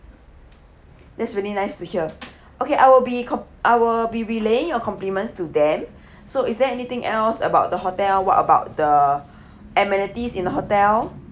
that's really nice to hear okay I will be com~ I will be relay your compliments to them so is there anything else about the hotel what about the amenities in the hotel